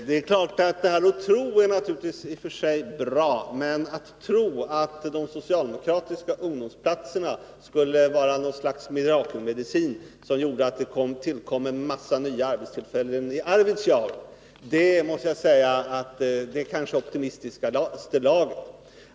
Herr talman! Det är klart att det i och för sig är bra att tro. Men att tro att de socialdemokratiska ungdomsplatserna skulle vara något slags mirakelmedicin som skulle göra att en massa arbetstillfällen skulle tillkomma i Arvidsjaur måste jag säga är i det mest optimistiska laget.